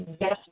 yes